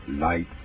light